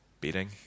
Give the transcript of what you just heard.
beating